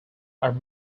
are